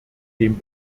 dem